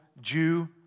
Jew